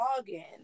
login